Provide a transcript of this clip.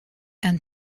and